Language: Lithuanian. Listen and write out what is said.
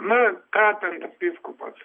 na ką ten vyskupas